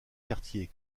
quartier